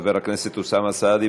חבר הכנסת אוסאמה סעדי,